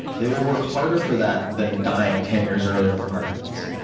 they will work harder for that than dying ten years earlier from heart disease.